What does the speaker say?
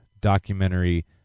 documentary